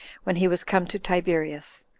when he was come to tiberias.